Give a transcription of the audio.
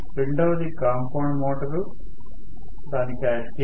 రెండవది compound motor దాని characteristics